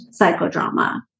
psychodrama